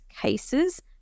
cases